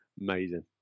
Amazing